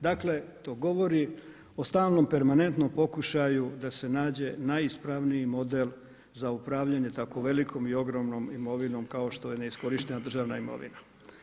Dakle to govori o stalnom permanentnom pokušaju da se nađe najispravniji model za upravljanje tako velikom i ogromnom imovinom kao što je neiskorištena državna imovina.